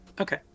Okay